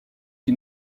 qui